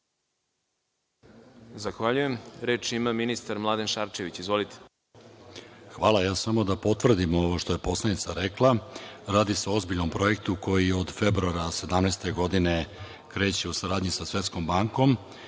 Zahvaljujem. Reč ima ministar Mladen Šarčević. Izvolite. **Mladen Šarčević** Hvala. Ja samo da potvrdim ovo što je poslanica rekla. Radi se o ozbiljnom projektu koji od februara 2017. godine kreće u saradnji sa Svetskom bankom